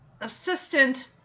assistant